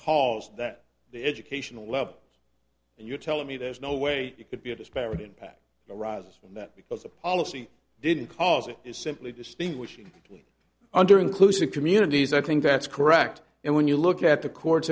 calls that the educational level and you tell me there's no way you could be a disparate impact arises from that because the policy didn't cause it is simply distinguishing under inclusive communities i think that's correct and when you look at the courts